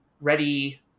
ready